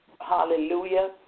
hallelujah